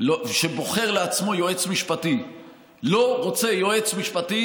שבוחר לעצמו יועץ משפטי לא רוצה יועץ משפטי